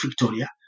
Victoria